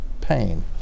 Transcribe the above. pain